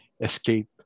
escape